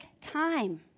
time